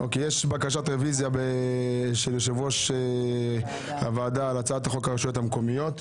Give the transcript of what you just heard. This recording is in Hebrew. יש בקשת רוויזיה של יושב-ראש הוועדה על הצעת חוק הרשויות המקומיות.